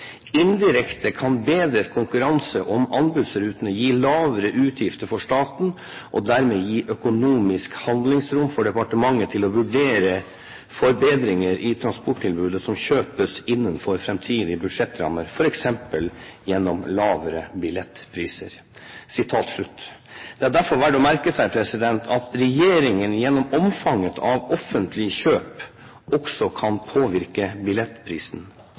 «Indirekte kan bedret konkurranse om anbudsrutene gi lavere utgifter for staten og dermed gi økonomisk handlingsrom for Samferdselsdepartementet til å vurdere forbedringer i transporttilbudet som kjøpes innenfor fremtidige budsjettrammer f.eks. gjennom lavere maksimal billettpris.» Det er derfor verdt å merke seg at regjeringen gjennom omfanget av offentlig kjøp også kan